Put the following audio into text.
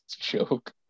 joke